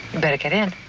better get in.